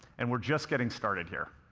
and we're just getting started here.